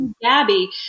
Gabby